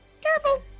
careful